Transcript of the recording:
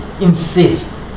insist